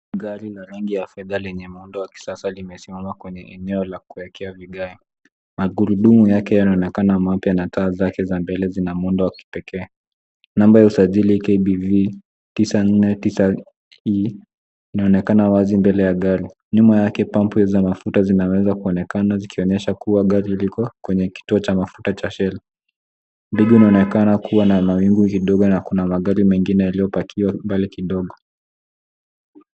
Gari la rangi ya fedha yenye muundo ya kisasa limesimama kwenye eneo la kuwekea vigae. Magurudumu yake yanaonekana mapya na taa zake za mbele zina muundo wa kipekee. Namba ya usajili KBV 949E, inaonekana wazi mbele ya gari. Nyuma yake pambu za mafuta zinaweza kuonekana zikionyesha kuwa gari liko kwenye kituo cha mafuta cha Shell. Mbingu inaonekana kuwa na mawingu kidogo na kuna magari mengine yaliyopakiwa mbali kidogo.